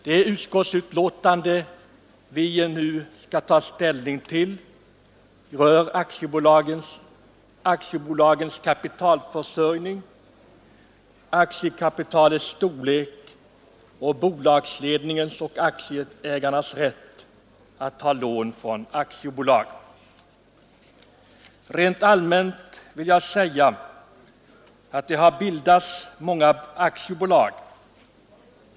Det utskottsbetänkande vi nu skall ta ställning till berör aktiebolagens kapitalförsörjning, aktiekapitalets storlek och bolagsledningens och aktieägarnas rätt att ta lån från aktiebolag. Rent allmänt vill jag säga att det har bildats många aktiebolag.